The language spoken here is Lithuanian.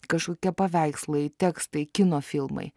kažkokie paveikslai tekstai kino filmai